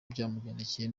byamugendekeye